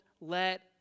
let